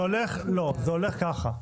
לא, זה הולך ככה,